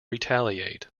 retaliate